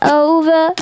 over